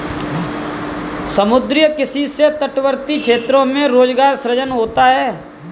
समुद्री किसी से तटवर्ती क्षेत्रों में रोजगार सृजन होता है